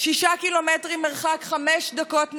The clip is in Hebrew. שישה קילומטרים מרחק, חמש דקות נסיעה.